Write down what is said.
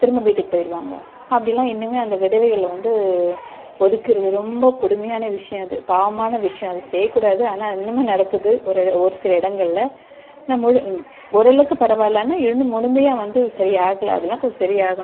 திரும்ப வீட்டுக்கு போய்டுவாங்க அப்படிலாம் இன்னும் அந்த விதவைகளை வந்து ஒதுக்குறது ரொம்ப கொடுமையான விஷயம் அது பாவமான விஷயம் அது செய்யக்கூடாது ஆனால் இன்னமும் நடக்குது ஒரு எடம் ஒரு சில எடங்களில் நான் முழு ஓரளவுக்கு பரவாயில்லை ஆனால் இன்னும் முழுமையாக வந்து சரி ஆகலை அதெல்லாம் கொஞ்சம் சரி ஆகணும்